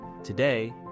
Today